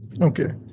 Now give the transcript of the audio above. Okay